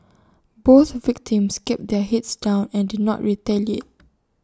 both victims kept their heads down and did not retaliate